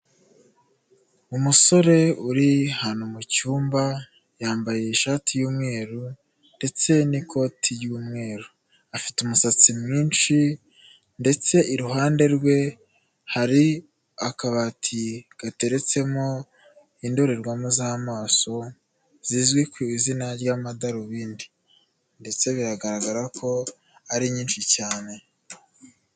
Umusore uri ahantu mu cyumba, yambaye ishati y'umweru, ndetse n'ikoti ry'umweru, afite umusatsi mwinshi ndetse iruhande rwe hari akabati gateretsemo indorerwamo z'amaso zizwi ku izina ry'amadarubindi, ndetse biragaragara ko ari nyinshi cyane.